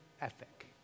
ethic